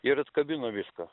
ir atkabino viską